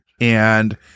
and-